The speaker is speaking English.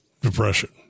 depression